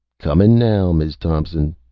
comin' now, miz thompson,